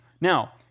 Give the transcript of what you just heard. Now